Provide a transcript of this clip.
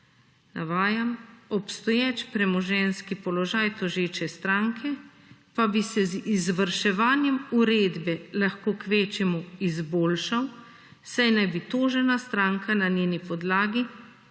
navajam, obstoječ premoženjski položaj tožeče stranke pa bi se z izvrševanjem uredbe lahko kvečjemu izboljšal, saj naj bi tožena stranka na njeni podlagi